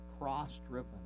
cross-driven